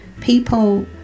people